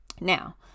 now